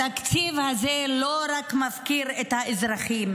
התקציב הזה לא רק מפקיר את האזרחים,